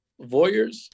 voyeurs